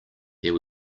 there